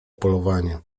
polowanie